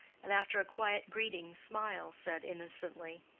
and, after a quiet greeting smile, said innocently,